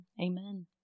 Amen